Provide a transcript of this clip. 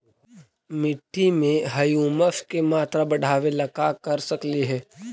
मिट्टी में ह्यूमस के मात्रा बढ़ावे ला का कर सकली हे?